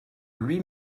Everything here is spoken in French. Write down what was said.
lui